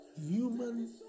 human